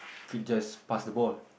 could just pass the ball